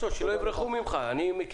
קודםן כל לגבי מה שנאמר קודם מטעם כי"ל